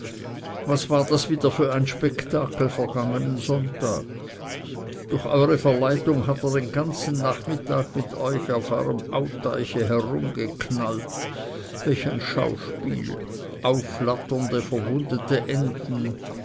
was war das wieder für ein spektakel vergangenen sonntag durch eure verleitung hat er den ganzen nachmittag mit euch auf euerm au teiche herumgeknallt welch ein schauspiel aufflatternde verwundete enten